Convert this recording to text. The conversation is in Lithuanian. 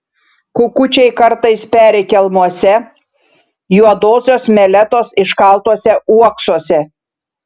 kukučiai kartais peri kelmuose juodosios meletos iškaltuose uoksuose